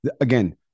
Again